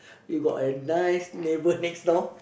you got a nice neighbour next door